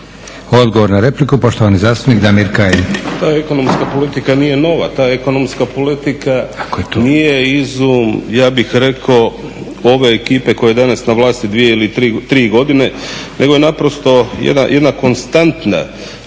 Odgovor na repliku poštovani zastupnik Damir Kajin.